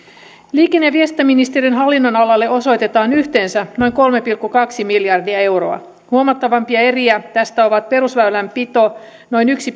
liikenne ja viestintäministeriön hallinnonalalle osoitetaan yhteensä noin kolme pilkku kaksi miljardia euroa huomattavimpia eriä tästä ovat perusväylänpito noin yksi